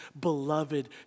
beloved